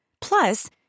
Plus